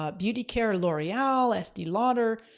ah beauty care, l'oreal, estee lauder,